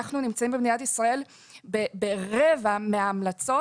אנחנו נמצאים במדינת ישראל ברבע מההמלצות